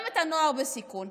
גם את הנוער בסיכון.